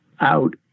out